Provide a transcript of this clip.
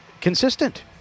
consistent